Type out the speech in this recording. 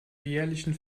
jährlichen